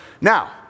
Now